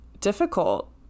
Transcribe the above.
difficult